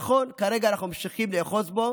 נכון, כרגע אנחנו ממשיכים לאחוז בו